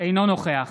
אינו נוכח